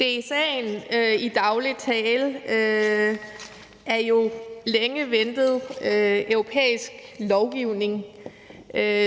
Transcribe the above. den hedder i daglig tale, er jo længe ventet europæisk lovgivning,